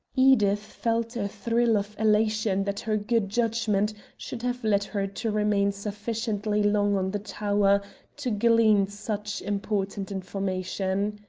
edith felt a thrill of elation that her good judgment should have led her to remain sufficiently long on the tower to glean such important information.